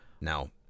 now